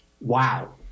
Wow